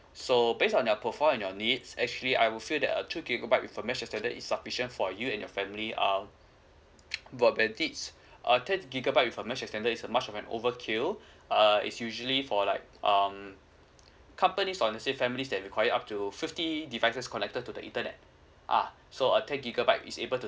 so based on your profile and your needs actually I will feel that uh two gigabytes with a mesh extender is sufficient for you and your family um broadband needs err ten gigabyte with mesh extended is much of an overkill uh is usually for like um companies or say families that require up to fifty devise connected to the internet ah so uh a ten gigabytes is able to